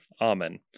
Amen